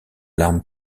larmes